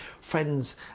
friends